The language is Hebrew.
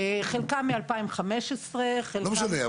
חלקם מ-2015 --- לא משנה.